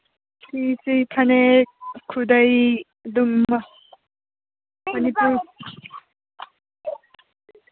ꯐꯤꯁꯤ ꯐꯅꯦꯛ ꯈꯨꯗꯩ ꯑꯗꯨꯝꯕ ꯃꯅꯤꯄꯨꯔ